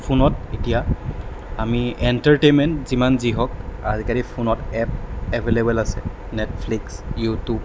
ফোনত এতিয়া আমি এণ্টাৰটেইনমেণ্ট যিমান যি হওক আজিকালি ফোনত এপ এভেইলেবোল আছে নেটফ্লিক্স ইউটিউব